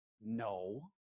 No